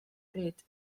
bryd